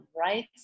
right